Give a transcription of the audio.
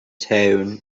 tone